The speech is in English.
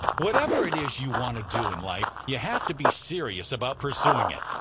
whatever it is you want to do in life, you have to be serious about pursuing it.